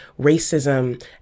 racism